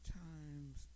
times